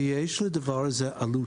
-- ויש לדבר הזה עלות.